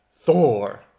Thor